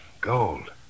Gold